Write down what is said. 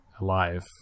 alive